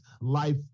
life